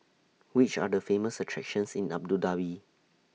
Which Are The Famous attractions in Abu Dhabi